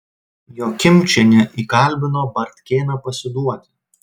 jokimčienė įkalbino bartkėną pasiduoti